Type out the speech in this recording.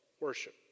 worship